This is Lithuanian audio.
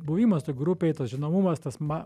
buvimas toj grupėj tas žinomumas tas ma